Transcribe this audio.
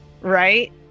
Right